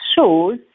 shows